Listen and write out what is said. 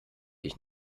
ich